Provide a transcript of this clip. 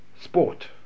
sport